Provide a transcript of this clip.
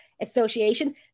Association